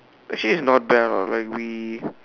actually it's not bad lah like we